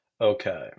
Okay